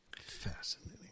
Fascinating